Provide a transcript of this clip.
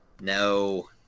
no